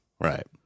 Right